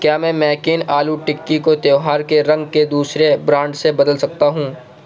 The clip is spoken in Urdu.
کیا میں میک کین آلو ٹکی کو تہوار کے رنگ کے دوسرے برانڈ سے بدل سکتا ہوں